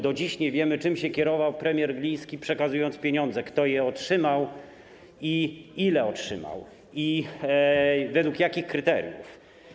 Do dziś nie wiemy, czym się kierował premier Gliński, przekazując pieniądze, kto je otrzymał, ile otrzymał i według jakich kryteriów.